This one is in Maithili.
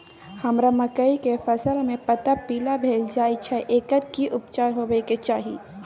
हमरा मकई के फसल में पता पीला भेल जाय छै एकर की उपचार होबय के चाही?